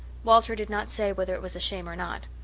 walter did not say whether it was a shame or not.